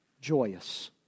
Joyous